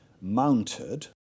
mounted